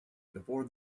before